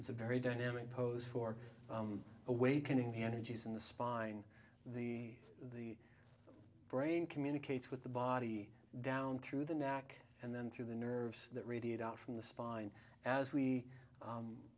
it's a very dynamic pose for awakening hannity's in the spine the the brain communicates with the body down through the knack and then through the nerves that radiate out from the spine as we